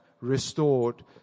restored